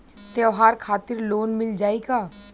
त्योहार खातिर लोन मिल जाई का?